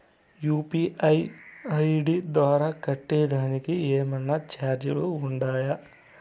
UPI ID ద్వారా కట్టేదానికి ఏమన్నా చార్జీలు ఉండాయా?